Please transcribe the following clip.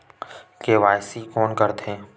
KYC कोन करथे?